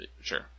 sure